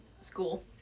school